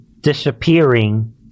disappearing